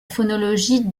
phonologie